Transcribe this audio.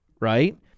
right